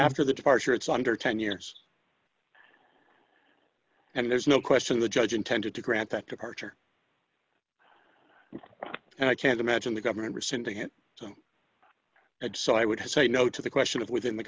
after the departure it's under ten years and there's no question the judge intended to grant that departure and i can't imagine the government rescinding it to them and so i would say no to the question of within the